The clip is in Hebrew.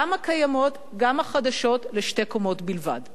גם הקיימות וגם החדשות, לשתי קומות בלבד.